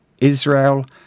Israel